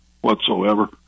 whatsoever